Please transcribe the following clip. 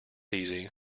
easy